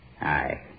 Aye